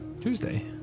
Tuesday